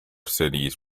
cities